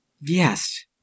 yes